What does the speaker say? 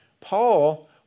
Paul